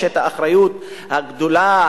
יש האחריות הגדולה,